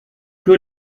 que